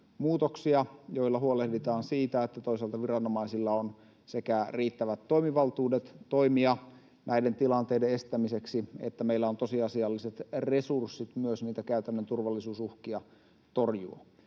joilla huolehditaan siitä, että toisaalta viranomaisilla on riittävät toimivaltuudet toimia näiden tilanteiden estämiseksi ja meillä on tosiasialliset resurssit myös niitä käytännön turvallisuusuhkia torjua.